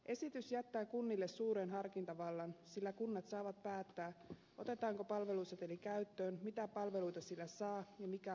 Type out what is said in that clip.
esitys jättää kunnille suuren harkintavallan sillä kunnat saavat päättää otetaanko palveluseteli käyttöön mitä palveluita sillä saa ja mikä on sen arvo